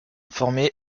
formées